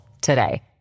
today